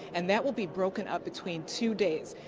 and that will be broken up between two days.